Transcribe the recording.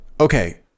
Okay